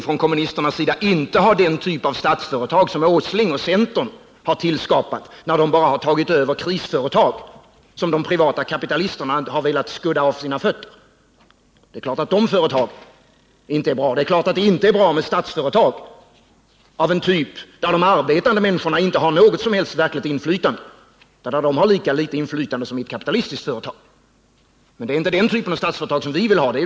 Från kommunisternas sida vill vi inte heller ha den typ av statliga företag som Nils Åsling och centern har tillskapat, när de tagit över bara krisföretag som de privata kapitalisterna velat avskudda sig. Det är klart att sådana företag inte är bra. Det är klart att det inte är bra med statliga företag av en typ där de arbetande människorna inte har något som helst verkligt inflytande, där de har lika litet inflytande som i ett kapitalistiskt företag. Men det är inte den typ av statliga företag som vi vill ha.